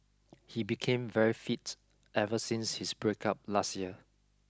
he became very fit ever since his breakup last year